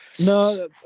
No